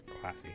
Classy